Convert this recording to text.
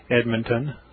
Edmonton